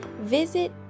visit